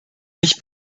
mich